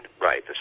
right